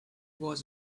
was